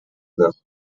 thus